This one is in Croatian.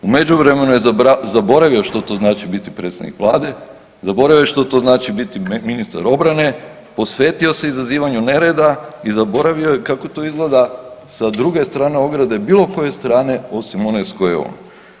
U međuvremenu je zaboravio što to znači biti predsjednik vlade, zaboravio je što to znači biti ministar obrane, posvetio se izazivanju nereda i zaboravio je kako to izgleda sa druge strane ograde bilo koje strane osim one s koje je on.